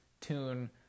tune